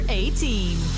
eighteen